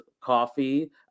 coffee